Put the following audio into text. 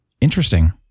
Interesting